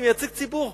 אני מייצג ציבור.